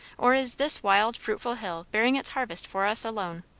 or is this wild fruitful hill bearing its harvest for us alone?